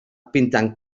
pintant